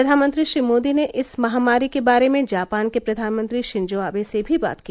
प्रधानमंत्री श्री मोदी ने इस महामारी के बारे में जापान के प्रधानमंत्री शिंजो आवे से भी बात की